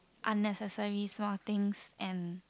unnecessary small things and